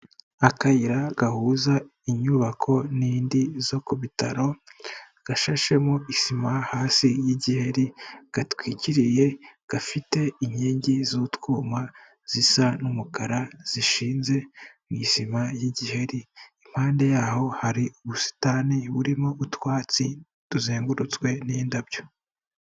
Akayira gahuza inyubako n'indi zo ku bitaro gashashemo isima hasi y'igiri gatwikiriye gafite inkingi z'utwuma zisa n'umukara zishinze mu isima y'igiheri, impande yaho hari ubusitani burimo utwatsi tuzengurutswe n'indabyo.